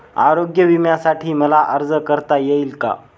आरोग्य विम्यासाठी मला अर्ज करता येईल का?